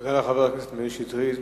תודה לחבר הכנסת מאיר שטרית.